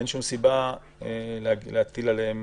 אין שום סיבה להטיל עליהם